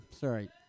Sorry